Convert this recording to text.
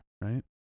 Right